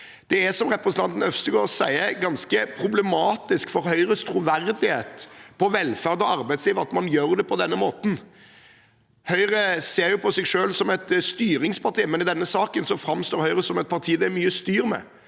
ikke. Som representanten Øvstegård sier, er det ganske problematisk for Høyres troverdighet på velferd og arbeidsliv at man gjør det på denne måten. Høyre ser på seg selv som et styringsparti, men i denne saken framstår Høyre som et parti det er mye styr med,